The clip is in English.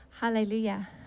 Hallelujah